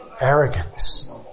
arrogance